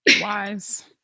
Wise